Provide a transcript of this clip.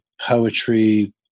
poetry